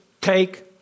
take